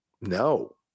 No